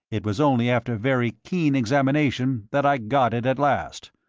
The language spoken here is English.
it was only after very keen examination that i got it at last.